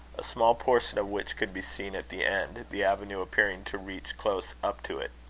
a small portion of which could be seen at the end, the avenue appearing to reach close up to it.